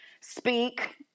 speak